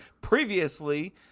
previously